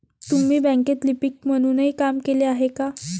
तुम्ही बँकेत लिपिक म्हणूनही काम केले आहे का?